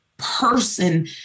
person